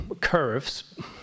curves